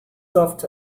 soft